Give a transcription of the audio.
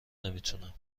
نمیتونم